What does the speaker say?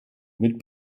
mit